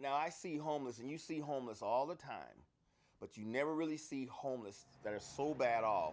now i see homeless and you see homeless all the time but you never really see homeless that are so bad